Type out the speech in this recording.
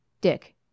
Dick